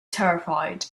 terrified